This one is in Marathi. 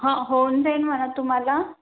ह होऊन जाईल म्हणा तुम्हाला